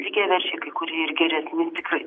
lygiaverčiai kai kurie ir geresni tikrai